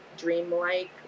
dreamlike